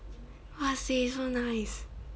!wahseh! so nice